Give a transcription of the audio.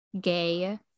gay